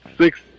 six